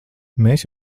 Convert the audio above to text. mēs